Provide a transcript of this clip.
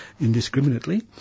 indiscriminately